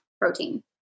protein